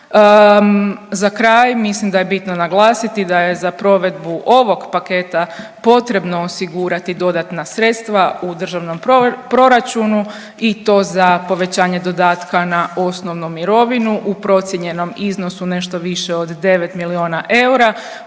Za kraj mislim da je bitno naglasiti da je za provedbu ovog paketa potrebno osigurati dodatna sredstva u državnom proračunu i to za povećanje dodatka na osnovnu mirovinu u procijenjenom iznosu nešto više od 9 milijona eura